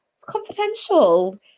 Confidential